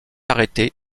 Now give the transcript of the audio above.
arrêté